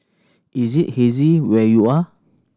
is it hazy where you are